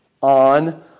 on